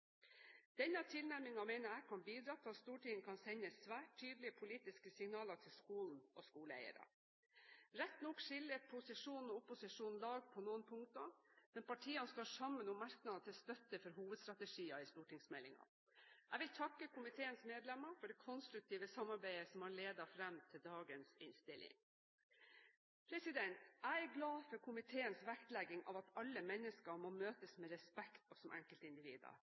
Denne tilnærmingen mener jeg kan bidra til at Stortinget kan sende svært tydelige politiske signaler til skolen og skoleeiere. Rett nok skiller posisjonen og opposisjonen lag på noen punkter, men partiene står sammen om merknader til støtte for hovedstrategiene i stortingsmeldingen. Jeg vil takke komiteens medlemmer for det konstruktive samarbeidet som har ledet fram til dagens innstilling. Jeg er glad for komiteens vektlegging av at alle mennesker må møtes med respekt og som enkeltindivider.